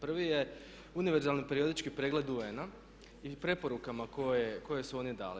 Prvi je univerzalni periodički pregled UN-a i preporukama koje su oni dali.